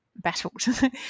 battled